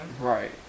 Right